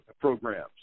programs